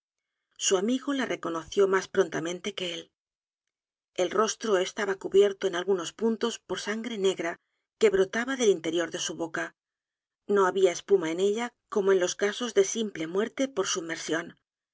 su amigo la reconoció m á s prontamente que él el rostro estaba cubierto en algunos puntos por s a n g r e negra que brotaba del interior de su boca no había espuma en ella com en los casos de simple muerte por sumersión